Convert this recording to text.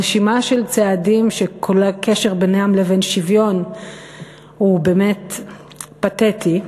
רשימה של צעדים שכל קשר בינם לבין שוויון הוא באמת פתטי.